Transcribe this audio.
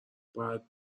باید